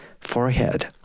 forehead